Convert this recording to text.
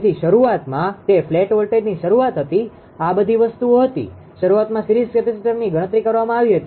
તેથી શરૂઆતમાં તે ફ્લેટ વોલ્ટેજની શરૂઆત હતી આ બધી વસ્તુઓ હતી શરૂઆતમાં સીરીઝ કેપેસિટરની ગણતરી કરવામાં આવી હતી